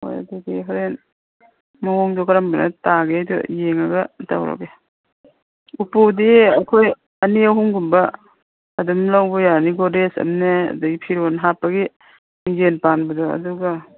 ꯍꯣꯏ ꯑꯗꯨꯗꯤ ꯍꯣꯔꯦꯟ ꯃꯑꯣꯡꯗꯣ ꯀꯔꯃꯕꯅ ꯇꯥꯒꯦꯗꯨ ꯌꯦꯡꯉꯒ ꯇꯧꯔꯒꯦ ꯎꯄꯨꯗꯤ ꯑꯩꯈꯣꯏ ꯑꯅꯤ ꯑꯍꯨꯝꯒꯨꯕ ꯑꯗꯨꯝ ꯂꯧꯕ ꯌꯥꯅꯤꯀꯣ ꯒꯣꯗ꯭ꯔꯦꯖ ꯑꯃꯅꯦ ꯐꯤꯔꯣꯟ ꯍꯥꯞꯄꯒꯤ ꯃꯤꯡꯁꯦꯟ ꯄꯥꯟꯗꯗꯣ ꯑꯗꯨꯒ